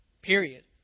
Period